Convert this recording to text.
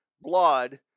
blood